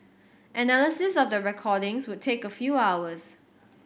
analysis of the recordings would take a few hours